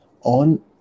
on